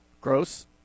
Gross